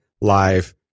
live